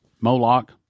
Moloch